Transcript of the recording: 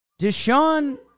Deshaun